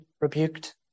rebuked